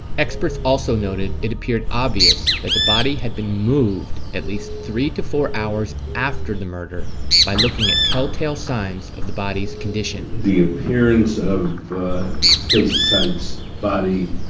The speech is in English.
experts also noted it appeared obvious that the body had been moved at least three to four hours after the murder by looking at telltale signs of the body's condition. the appearance of stacey stites' body